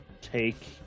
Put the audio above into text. take